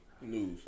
news